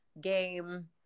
game